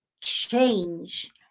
change